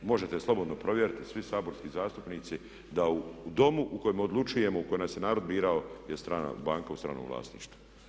Možete slobodno provjeriti, svi saborski zastupnici da u Domu u kojem odlučujemo u kojem nas je narod birao je strana banka u stranom vlasništvu.